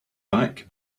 back